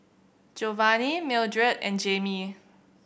Jovani Mildred and Jamie